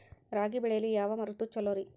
ರಾಗಿ ಬೆಳೆ ಬೆಳೆಯಲು ಯಾವ ಋತು ಛಲೋ ಐತ್ರಿ?